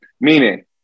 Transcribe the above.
Meaning